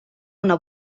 una